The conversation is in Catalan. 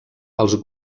els